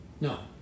No